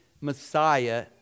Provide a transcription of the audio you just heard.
Messiah